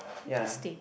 ya